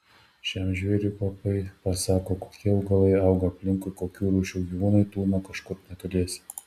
šiam žvėriui kvapai pasako kokie augalai auga aplinkui kokių rūšių gyvūnai tūno kažkur netoliese